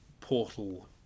Portal